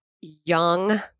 young